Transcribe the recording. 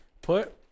Put